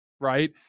right